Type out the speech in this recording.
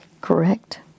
correct